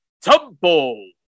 Temple